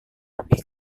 lebih